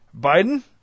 Biden